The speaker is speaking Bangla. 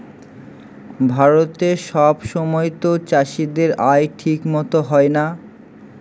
ভারতে সব সময়তো চাষীদের আয় ঠিক মতো হয় না